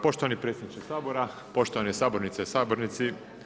Poštovani predsjedniče Sabora, poštovane sabornice i sabornici.